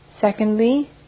Secondly